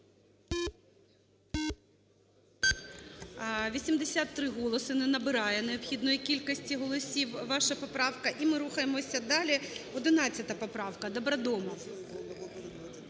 83 голоси, не набирає необхідної кількості голосів ваша поправка. І ми рахуємося далі. 11 поправка, Добродомов